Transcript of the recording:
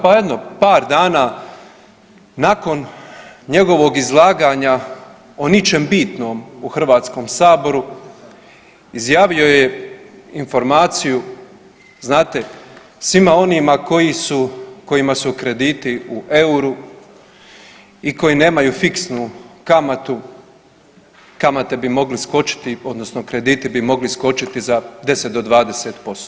Pa jedno par dana nakon njegovog izlaganja o ničem bitnom u HS-u, izjavio je informaciju, znate, svima onima kojima su krediti u euru i koji nemaju fiksnu kamatu, kamate bi mogle skočiti, odnosno krediti bi mogli skočiti za 10 do 20%